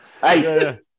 Hey